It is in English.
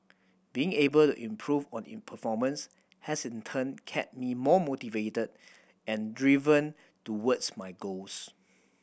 being able to improve on performance has in turn kept me more motivated and driven towards my goals